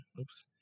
oops